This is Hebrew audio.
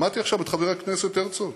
שמעתי עכשיו את חבר הכנסת הרצוג